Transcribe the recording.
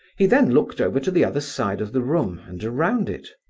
he then looked over to the other side of the room and around it.